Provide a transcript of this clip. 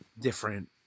different